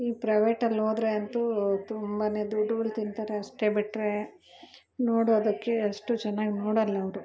ಈ ಪ್ರೈವೇಟಲ್ಲಿ ಹೋದ್ರೆ ಅಂತೂ ತುಂಬಾ ದುಡ್ಡುಗಳು ತಿಂತಾರೆ ಅಷ್ಟೆ ಬಿಟ್ಟರೆ ನೋಡು ಅದಕ್ಕೆ ಅಷ್ಟು ಚೆನ್ನಾಗಿ ನೋಡಲ್ಲ ಅವರು